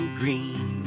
green